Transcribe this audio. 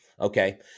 Okay